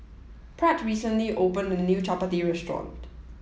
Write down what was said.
Pratt recently opened a new Chapati restaurant